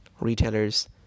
retailers